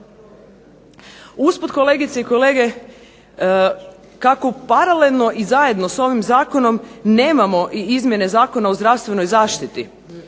Usput kolegice i kolege kako paralelno i zajedno sa ovim zakonom nemamo i izmjene Zakona o zdravstvenoj zaštiti